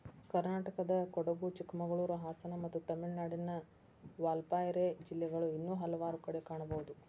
ಕರ್ನಾಟಕದಕೊಡಗು, ಚಿಕ್ಕಮಗಳೂರು, ಹಾಸನ ಮತ್ತು ತಮಿಳುನಾಡಿನ ವಾಲ್ಪಾರೈ ಜಿಲ್ಲೆಗಳು ಇನ್ನೂ ಹಲವಾರು ಕಡೆ ಕಾಣಬಹುದು